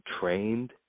trained